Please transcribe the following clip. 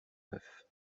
neuf